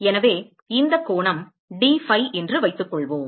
எனவே இந்த கோணம் d phi என்று வைத்துக்கொள்வோம்